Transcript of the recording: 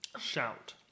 Shout